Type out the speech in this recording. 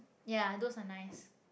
ya those are nice